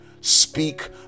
speak